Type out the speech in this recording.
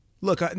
look